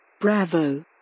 Bravo